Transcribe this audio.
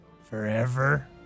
forever